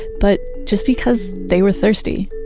but just because they were thirsty